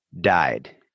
died